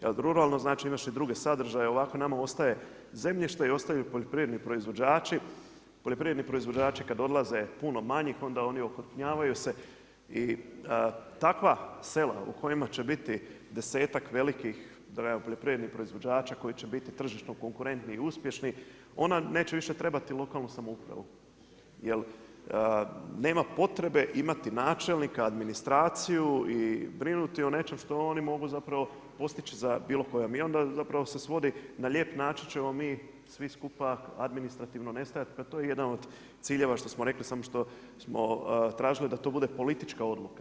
Jer bi ruralno značilo imaš i druge sadržaje, ovako nama ostaje zemljište i ostaju poljoprivredni proizvođači, poljoprivredni proizvođači kad odlaze puno manji, onda oni okrupnjavaju se i takva sela u kojima će biti desetak velikih poljoprivrednih proizvođača koji će biti tržišno konkurentni i uspješni, ona neće više treba lokalnu samoupravu jer nema potrebe imati načelnika, administraciju i brinuti o nečem što oni mogu zapravo postići za bilo koja, i onda zapravo se svodi na lijepi način ćemo mi svi skupa administrativno nestajat, a to je jedan ciljeva što smo rekli, samo što smo tražili da to bude politička odluka.